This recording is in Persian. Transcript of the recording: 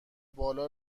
بالا